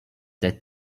that